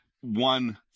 one